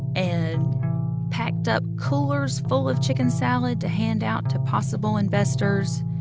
and packed up coolers full of chicken salad to hand out to possible investors.